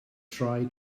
try